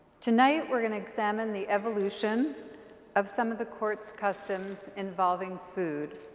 tonight we are going to examine the evolution of some of the court's customs involving food.